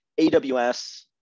AWS